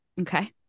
Okay